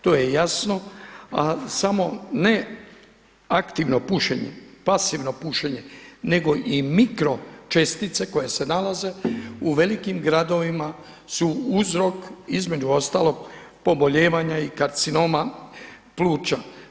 To je jasno a samo ne aktivno pušenje, pasivno pušenje nego i mikro čestice koje se nalaze u velikim gradovima su uzrok između ostalog pobolijevanja i karcinoma pluća.